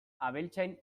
abeltzain